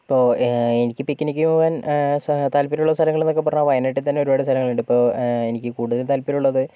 ഇപ്പോൾ എനിക്ക് പിക്കിനിക്കിന് പോകാൻ താൽപര്യമുള്ള സ്ഥലങ്ങൾ എന്ന് പറഞ്ഞാൽ വയനാട്ടിൽ തന്നെ ഒരുപാട് സ്ഥലങ്ങളുണ്ട് ഇപ്പോൾ എനിക്ക് കൂടുതൽ താല്പര്യമുള്ളത്